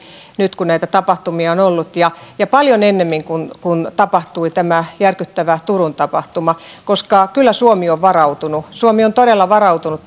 nyt kun näitä tapahtumia on ollut jo paljon ennemmin kuin tapahtui tämä järkyttävä turun tapahtuma kyllä suomi on varautunut suomi on todella varautunut